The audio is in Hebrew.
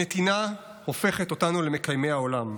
הנתינה הופכת אותנו למקיימי העולם.